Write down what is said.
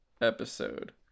episode